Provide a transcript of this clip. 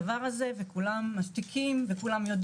יודעים ומשתיקים.